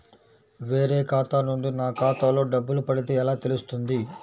వేరే ఖాతా నుండి నా ఖాతాలో డబ్బులు పడితే ఎలా తెలుస్తుంది?